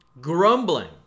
Grumbling